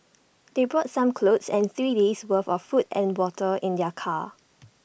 they brought some clothes and three days' worth of food and water in their car